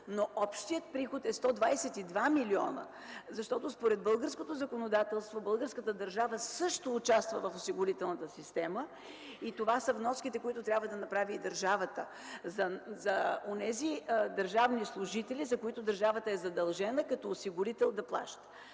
но общият приход е 122 милиона, защото, според българското законодателство, българската държава също участва в осигурителната система и това са вноските, които трябва да направи държавата за онези държавни служители, за които държавата е задължена, като осигурител, да плаща.